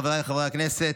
חבריי חברי הכנסת,